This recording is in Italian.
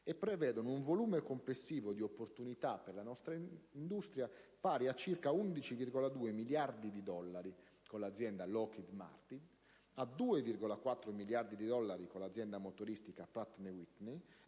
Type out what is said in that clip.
e prevedono un volume complessivo di opportunità per la nostra industria pari a circa 11,2 miliardi di dollari con l'azienda Lockheed Martin, a 2,4 miliardi di dollari con l'azienda motoristica Pratt & Whitney